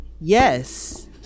yes